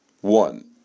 one